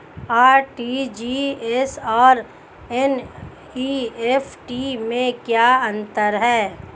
RTGS और NEFT में क्या अंतर है?